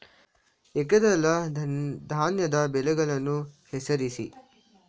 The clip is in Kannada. ಏಕದಳ ಧಾನ್ಯದ ಬೆಳೆಗಳನ್ನು ಹೆಸರಿಸಿ?